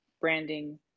branding